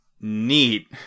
neat